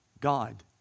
God